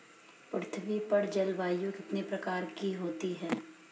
पृथ्वी पर जलवायु कितने प्रकार की होती है?